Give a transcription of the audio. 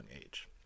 age